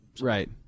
Right